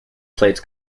plates